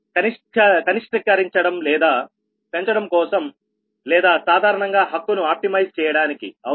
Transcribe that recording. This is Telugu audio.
కాబట్టి కనిష్టీకరించడం లేదా పెంచడం కోసం లేదా సాధారణంగా హక్కును ఆప్టిమైజ్ చేయడానికి అవునా